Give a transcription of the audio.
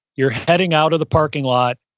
you're heading out of the parking lot.